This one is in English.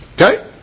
Okay